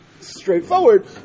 straightforward